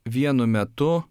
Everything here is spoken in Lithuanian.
vienu metu